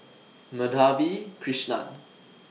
Madhavi Krishnan